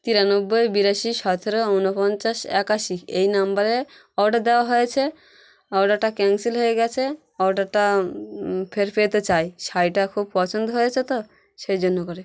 তিরানব্বই বিরাশি সতেরো উনপঞ্চাশ একাশি এই নাম্বারে অর্ডার দেওয়া হয়েছে অর্ডারটা ক্যানসেল হয়ে গেছে অর্ডারটা ফের পেতে চাই শাড়িটা খুব পছন্দ হয়েছে তো সেই জন্য করে